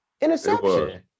interception